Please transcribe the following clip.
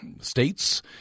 states